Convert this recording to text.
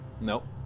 Nope